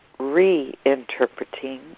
reinterpreting